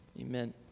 Amen